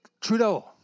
Trudeau